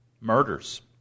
murders